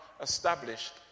established